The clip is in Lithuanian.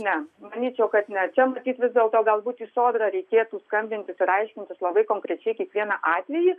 ne manyčiau kad ne čia matyt vis dėlto galbūt į sodrą reikėtų skambintis ir aiškintis labai konkrečiai kiekvieną atvejį